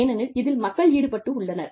ஏனெனில் இதில் மக்கள் ஈடுபட்டுள்ளனர்